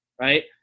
right